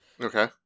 Okay